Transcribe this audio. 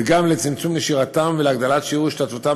וגם לצמצום נשירתם ולהגדלת שיעור השתתפותם